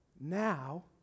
Now